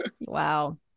wow